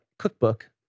cookbook